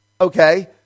Okay